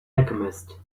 alchemist